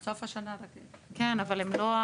עד סוף השנה רק --- זה עד סוף 2023. לא עד סוף השנה.